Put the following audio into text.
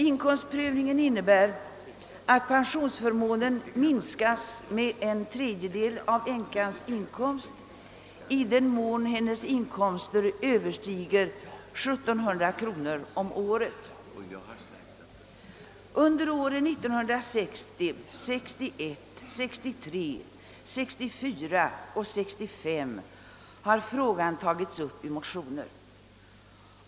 Inkomstprövningen innebär att pensionsförmånen minskas med en tredjedel av änkans inkomst i den mån hennes inkomster överstiger 1700 kronor om året. Under åren 1960, 1961, 1963, 1964 och 1965 har frågan tagits upp i motioner.